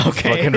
Okay